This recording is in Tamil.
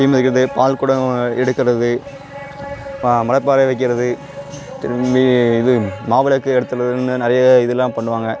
தீ மிதிக்கிறது பால்குடம் எடுக்கறது பா முளப்பாரி வைக்கிறது திரும்பி இது மாவிளக்கு எடுத்துறதுன்னு நிறைய இதெலாம் பண்ணுவாங்க